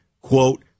quote